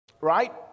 right